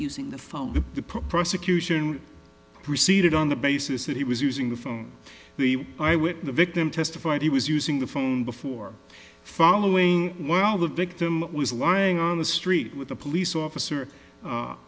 using the phone the prosecution proceeded on the basis that he was using the phone victim testified he was using the phone before following well the victim was lying on the street with a police officer